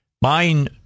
buying